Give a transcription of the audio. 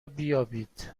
بیابید